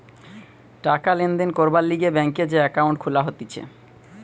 টাকা লেনদেন করবার লিগে ব্যাংকে যে একাউন্ট খুলা হতিছে